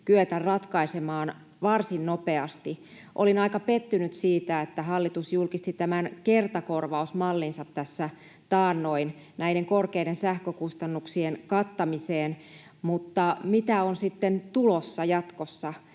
kyetä ratkaisemaan varsin nopeasti. Olin aika pettynyt, että hallitus julkisti tämän kertakorvausmallinsa tässä taannoin korkeiden sähkökustannuksien kattamiseen. Mitä on sitten tulossa jatkossa?